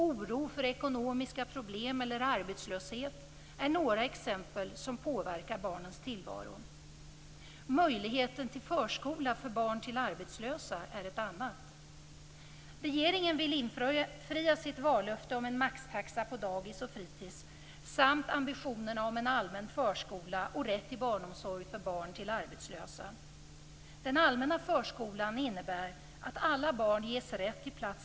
Oro för ekonomiska problem eller arbetslöshet är några exempel som påverkar barnens tillvaro. Möjligheten till förskola för barn till arbetslösa är ett annat.